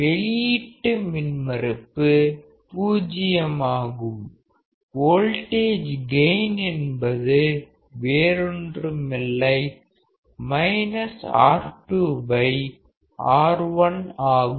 வெளியீட்டு மின்மறுப்பு 0 ஆகும் வோல்டேஜ் கெயின் என்பது வேறொன்றுமில்லை R2R1 ஆகும்